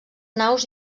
naus